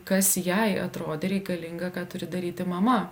kas jai atrodė reikalinga ką turi daryti mama